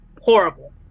horrible